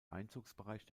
einzugsbereich